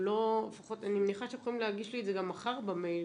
אני מניחה שאתם יכולים להגיש לי את זה גם מחר במייל,